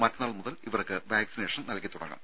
മറ്റന്നാൾ മുതൽ ഇവർക്ക് വാക്സിനേഷൻ നൽകിത്തുടങ്ങും